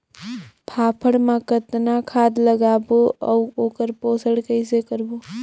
फाफण मा कतना खाद लगाबो अउ ओकर पोषण कइसे करबो?